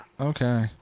Okay